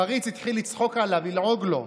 הפריץ התחיל לצחוק עליו, ללעוג לו.